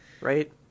right